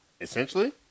Essentially